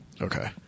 Okay